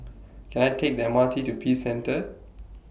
Can I Take The M R T to Peace Centre